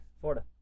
Florida